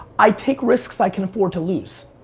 i take risks i can afford to lose.